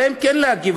עליהם כן להגיב,